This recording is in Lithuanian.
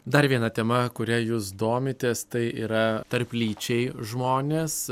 dar viena tema kuria jūs domitės tai yra tarplyčiai žmonės